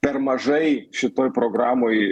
per mažai šitoj programoj